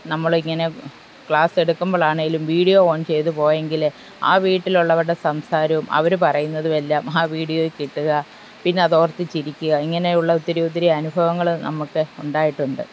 നമ്മളിങ്ങനെ ക്ലാസ്സെടുക്കുമ്പോഴാണെങ്കിലും video on ചെയ്ത് പോയെങ്കിൽ ആ വീട്ടിലുള്ളവരുടെ സംസാരവും അവർ പറയുന്നതുമെല്ലാം ആ വീഡിയോയിൽ കിട്ടുക പിന്നെ അതോർത്ത് ചിരിക്കുക ഇങ്ങനെയുള്ള ഒത്തിരി ഒത്തിരി അനുഭവങ്ങൾ നമുക്ക് ഉണ്ടായിട്ടുണ്ട്